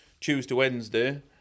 Tuesday-Wednesday